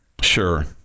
Sure